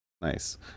nice